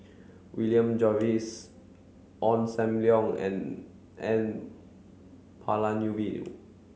William Jervois Ong Sam Leong and N Palanivelu